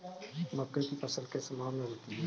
मक्के की फसल किस माह में होती है?